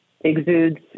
exudes